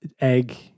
egg